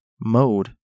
mode